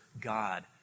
God